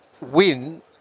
win